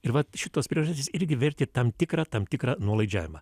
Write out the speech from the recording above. ir vat šitos priežastys irgi vertė tam tikrą tam tikrą nuolaidžiavimą